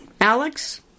Alex